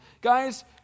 Guys